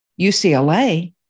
UCLA